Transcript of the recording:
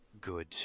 good